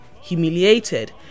humiliated